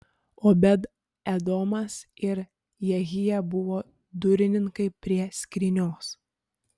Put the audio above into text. obed edomas ir jehija buvo durininkai prie skrynios